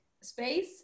space